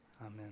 Amen